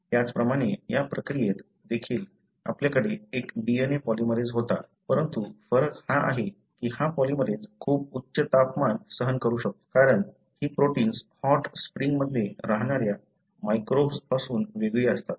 त्याचप्रमाणे या प्रतिक्रियेत देखील आपल्याकडे एक DNA पॉलिमरेझ होता परंतु फरक हा आहे की हा पॉलिमरेझ खूप उच्च तापमान सहन करू शकतो कारण ही प्रोटिन्स हॉट स्प्रिंग मध्ये राहणाऱ्या मायक्रोब्स पासून वेगळी असतात